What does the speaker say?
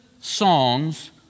songs